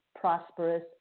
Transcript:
prosperous